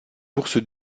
bourse